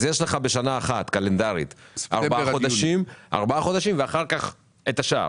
אז יש לך בשנה קלנדרית אחת ארבעה חודשים ואחר כך את השאר.